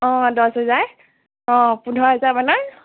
অঁ দহ হেজাৰ অঁ পোন্ধৰ হেজাৰমানৰ